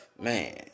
Man